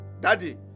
daddy